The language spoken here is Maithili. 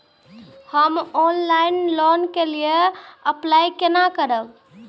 हम ऑनलाइन लोन के लिए अप्लाई केना करब?